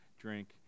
drink